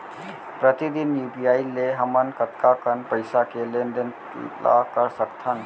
प्रतिदन यू.पी.आई ले हमन कतका कन पइसा के लेन देन ल कर सकथन?